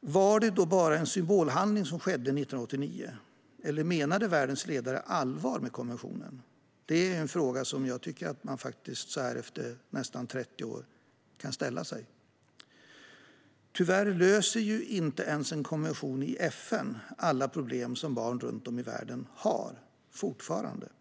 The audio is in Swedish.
Var det bara en symbolhandling 1989? Eller menade världens ledare allvar med konventionen? Det är en fråga jag tycker att man kan ställa sig efter så här nästan 30 år. Tyvärr löser inte ens en konvention i FN alla problem som barn runt om i världen fortfarande har.